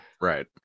Right